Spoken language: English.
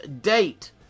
date